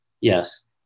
yes